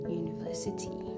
university